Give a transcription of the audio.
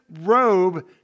robe